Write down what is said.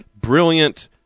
brilliant